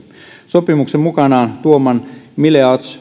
sopimuksen mukanaan tuoman mileage